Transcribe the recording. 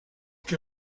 que